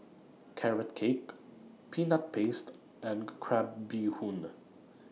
Carrot Cake Peanut Paste and Crab Bee Hoon